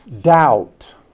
doubt